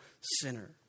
sinner